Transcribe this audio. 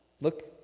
Look